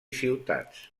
ciutats